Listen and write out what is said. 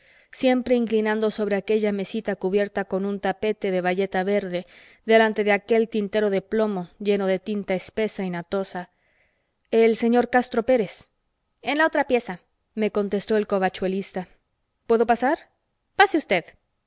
siempre inclinado sobre aquella mesita cubierta con un tapete de bayeta verde delante de aquel tintero de plomo lleno de tinta espesa y natosa el señor castro pérez en la otra pieza me contestó el covachuelista puedo pasar pase usted